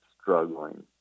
struggling